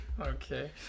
Okay